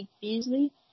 Beasley